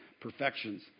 perfections